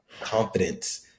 confidence